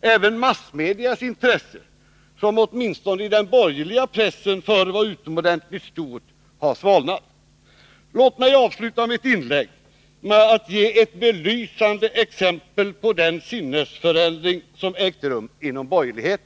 Även massmediernas intresse, som åtminstone i den borgerliga pressen förr var utomordentligt stort, har svalnat. Låt mig ge ett belysande exempel på den sinnesförändring som ägt rum inom borgerligheten.